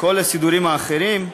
כל הסידורים האחרים.